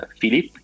philip